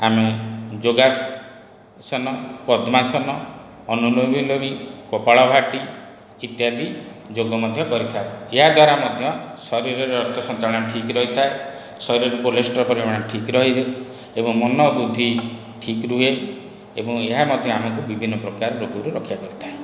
ଆମେ ଯୋଗାସନ ପଦ୍ମାସନ ଅନୁଲୋମ ବିଲୋମ କପାଳଭାତି ଇତ୍ୟାଦି ଯୋଗ ମଧ୍ୟ କରିଥାଉ ଏହାଦ୍ୱାରା ମଧ୍ୟ ଶରୀରରେ ରକ୍ତସଞ୍ଚାଳନ ଠିକ୍ ରହିଥାଏ ଶରୀରରେ କୋଲେଷ୍ଟ୍ରୋଲ୍ ପରିମାଣ ଠିକ୍ ରହେ ଏବଂ ମନ ବୁଦ୍ଧି ଠିକ୍ ରୁହେ ଏବଂ ଏହା ମଧ୍ୟ ଆମକୁ ବିଭିନ୍ନ ପ୍ରକାର ରୋଗରୁ ରକ୍ଷା କରିଥାଏ